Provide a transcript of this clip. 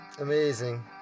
Amazing